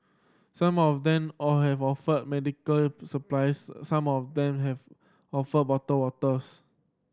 some of them all have offered medical supplies some of them have offered bottled waters